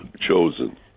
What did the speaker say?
chosen